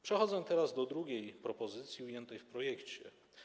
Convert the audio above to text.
Przechodzę teraz do drugiej propozycji ujętej w projekcie.